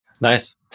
Nice